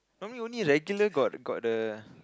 normally only regular got got the